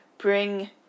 bring